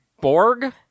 Borg